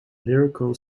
lyrical